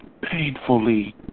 painfully